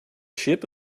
ship